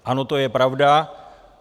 Ano, to je pravda.